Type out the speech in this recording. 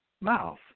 mouth